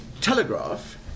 Telegraph